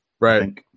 Right